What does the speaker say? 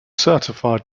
certified